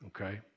Okay